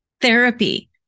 therapy